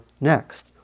next